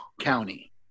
County